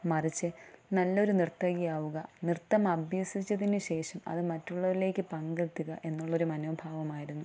മറിച്ച് നല്ല ഒരു നർത്തകി ആവുക നൃത്തം അഭ്യസിച്ചതിനു ശേഷം അത് മറ്റുള്ളവരിലേക്ക് പങ്കെത്തുക എന്നുള്ള ഒരു മനോഭാവമായിരുന്നു